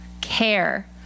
Care